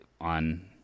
on